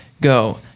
go